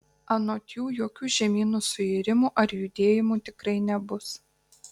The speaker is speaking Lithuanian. anot jų jokių žemynų suirimų ar judėjimų tikrai nebus